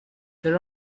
there